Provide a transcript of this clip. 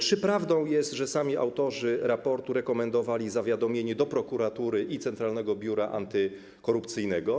Czy prawdą jest, że sami autorzy raportu rekomendowali zawiadomienie prokuratury i Centralnego Biura Antykorupcyjnego?